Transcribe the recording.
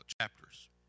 Chapters